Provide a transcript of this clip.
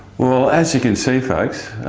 well as you can see folks,